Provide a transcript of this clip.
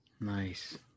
Nice